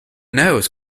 nose